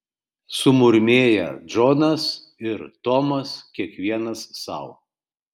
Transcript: sumurmėję džonas ir tomas kiekvienas sau